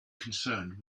concerned